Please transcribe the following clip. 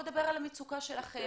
בוא דבר על המצוקה שלכם.